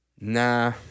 Nah